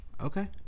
Okay